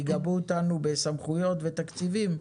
אתה אומר: אם יטילו עלינו את המשימות ויגבו אותנו בסמכויות ובתקציבים,